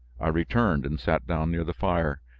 i returned and sat down near the fire.